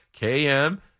KM